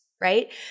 right